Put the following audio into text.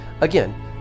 Again